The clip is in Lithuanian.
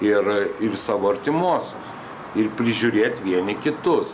ir ir savo artimuosius ir prižiūrėt vieni kitus